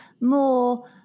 more